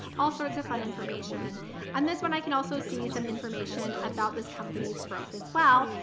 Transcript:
all sorts of fun information on this one. i can also see some information about this company's growth as well,